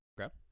Okay